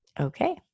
Okay